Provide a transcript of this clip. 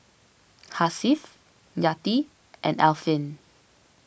Hasif Yati and Alfian